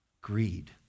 Greed